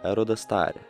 erodas tarė